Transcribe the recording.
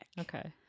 Okay